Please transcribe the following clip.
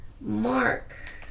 Mark